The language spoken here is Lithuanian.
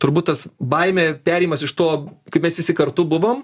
turbūt tas baimė perėjimas iš to kaip mes visi kartu buvom